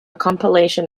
compilation